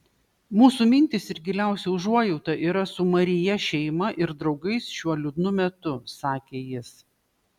mūsų mintys ir giliausia užuojauta yra su maryje šeima ir draugais šiuo liūdnu metu sakė jis